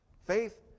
Faith